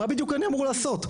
מה בדיוק אני אמור לעשות?